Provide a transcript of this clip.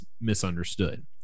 misunderstood